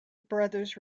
brothers